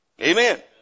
Amen